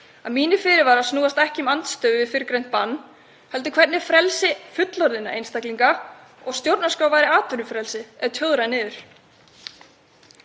að mínir fyrirvarar snúast ekki um andstöðu við fyrrgreint bann heldur hvernig frelsi fullorðinna einstaklinga og stjórnarskrárvarið atvinnufrelsi er tjóðrað niður.